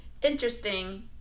Interesting